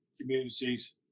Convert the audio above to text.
communities